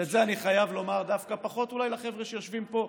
ואת זה אני חייב לומר דווקא פחות אולי לחבר'ה שיושבים פה,